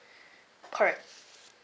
correct